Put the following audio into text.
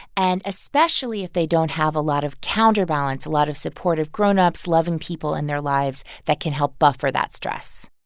and especially if they don't have a lot of counterbalance, a lot of supportive grown-ups, loving people in their lives, that can help buffer that stress